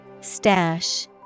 Stash